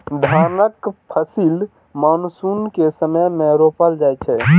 धानक फसिल मानसून के समय मे रोपल जाइ छै